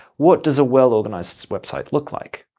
what does a well-organized website look like?